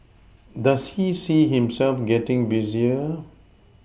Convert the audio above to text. does he see himself getting busier